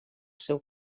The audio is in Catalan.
seu